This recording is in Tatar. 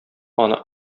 аны